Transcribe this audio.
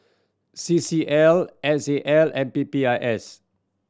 C C L S A L and P P I S